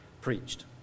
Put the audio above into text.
preached